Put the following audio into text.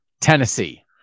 Tennessee